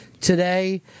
today